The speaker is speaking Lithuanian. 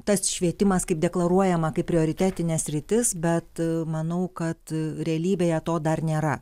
tas švietimas kaip deklaruojama kaip prioritetinė sritis bet manau kad realybėje to dar nėra